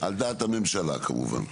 על דעת הממשלה כמובן.